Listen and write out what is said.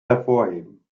hervorheben